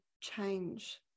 change